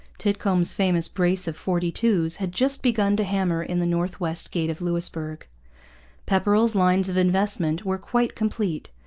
titcomb's famous brace of forty-two's had just begun to hammer in the north-west gate of louisbourg pepperrell's lines of investment were quite complete.